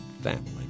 family